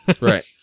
Right